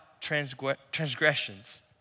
transgressions